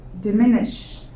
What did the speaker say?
diminish